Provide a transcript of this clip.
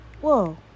Whoa